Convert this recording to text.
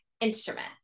Instrument